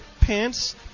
pants